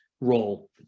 role